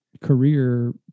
career